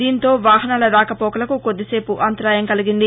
దీంతో వాహనాల రాకపోకలకు కొద్దిపేపు అంతరాయం కలిగింది